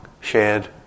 shared